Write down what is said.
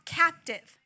captive